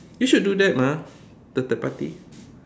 you should do that mah the third party